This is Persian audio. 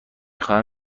خواهم